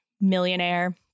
millionaire